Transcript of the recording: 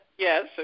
Yes